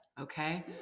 Okay